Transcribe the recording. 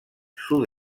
sud